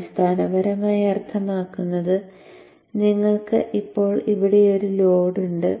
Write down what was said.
അടിസ്ഥാനപരമായി അർത്ഥമാക്കുന്നത് നിങ്ങൾക്ക് ഇപ്പോൾ ഇവിടെ ഒരു ലോഡ് ഉണ്ട്